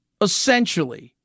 essentially